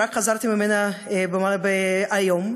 חזרתי ממנה רק היום,